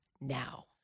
now